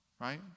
Right